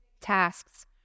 tasks